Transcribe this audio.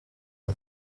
and